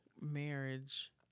marriage